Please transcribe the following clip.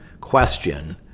question